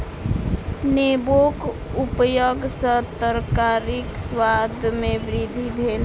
नेबोक उपयग सॅ तरकारीक स्वाद में वृद्धि भेल